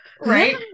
Right